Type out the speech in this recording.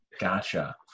Gotcha